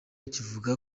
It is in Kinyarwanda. kivuga